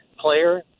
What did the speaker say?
Player